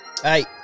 Hey